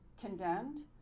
condemned